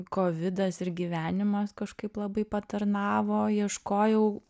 kovidas ir gyvenimas kažkaip labai patarnavo ieškojau